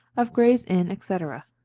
of gray's inn, etc.